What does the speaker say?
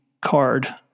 card